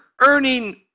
earning